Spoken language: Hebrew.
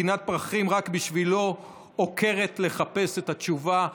גינת פרחים רק בשבילו / עוקרת לחפש את התשובה".